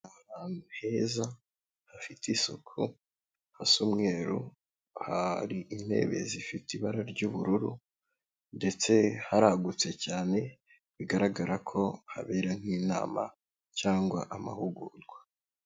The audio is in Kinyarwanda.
Ahantu heza hafite isuku, hasa umweru, hari intebe zifite ibara ry'ubururu, ndetse haragutse cyane, bigaragara ko habera nk'inama cyangwa amahugurwa.